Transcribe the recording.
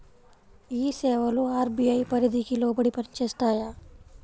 ఈ సేవలు అర్.బీ.ఐ పరిధికి లోబడి పని చేస్తాయా?